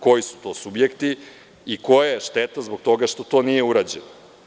Koji su to subjekti i koja je šteta zbog toga što to nije urađeno?